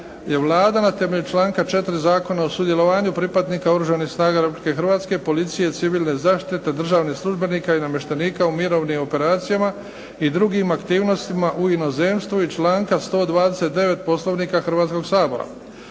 Vlada, na temelju članka 4. Zakona o sudjelovanju pripadnika Oružanih snaga Republike Hrvatske, policije i civilne zaštite državnih službenika i namještenika u mirovnim operacijama i drugim aktivnostima u inozemstvu i članka 129. Poslovnika Hrvatskoga sabora